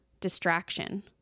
distraction